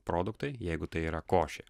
produktai jeigu tai yra košė